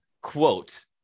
quote